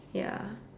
ya